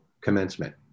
commencement